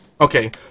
Okay